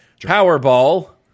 Powerball